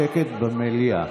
שקט במליאה.